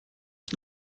ich